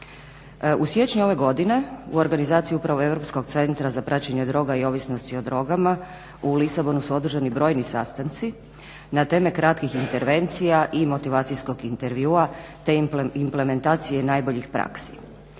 U siječnju ove godine u organizaciji upravo Europskog centra za praćenje droga i ovisnosti o drogama u Lisabonu su održani brojni sastanci na teme kratkih intervencija i motivacijskog intervjua te implementacije najboljih praksi.